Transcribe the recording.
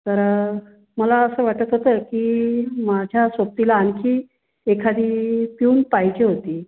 तर मला असं वाटत होतं की माझ्या सोबतीला आणखी एखादी पिउन पाहिजे होती